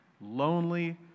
lonely